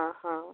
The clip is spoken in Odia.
ଓ ହୋ